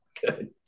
Good